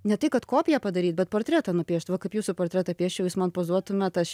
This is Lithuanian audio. ne tai kad kopiją padaryt bet portretą nupiešt va kaip jūsų portretą pieščiau jūs man pozuotumėt aš